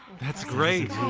that's great!